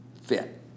fit